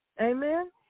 Amen